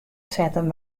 setten